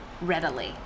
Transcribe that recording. readily